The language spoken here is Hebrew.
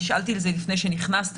נשאלתי על זה לפני שנכנסת,